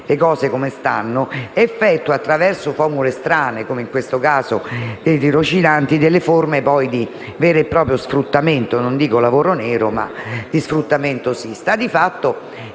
le cose come stanno - effettua attraverso formule strane, come appunto quella dei tirocinanti, delle forme di vero e proprio sfruttamento: non dico lavoro nero, ma certamente